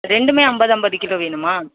ரெண்டுமே ஐம்பது ஐம்பது கிலோ வேணுமா